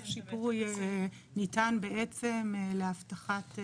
כתב השיפוי ניתן להבטחת